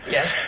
Yes